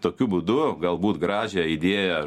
tokiu būdu galbūt gražią idėją